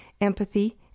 empathy